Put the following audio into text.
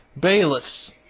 Bayless